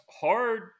hard